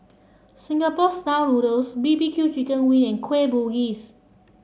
Singapore noodles B B Q chicken wing and Kueh Bugis